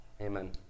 Amen